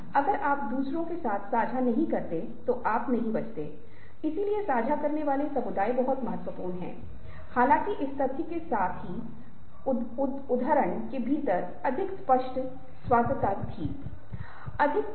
तो यह कुछ ऐसा है जिसे आप आज़मा सकते हैं मैं निश्चित रूप से यह सलाह दूंगा कि आप इसे अपने एक मित्र के साथ करें और बस यह जान लें कि आपको कैसा अनुभव है आपको कैसा अनुभव हुवा